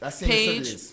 page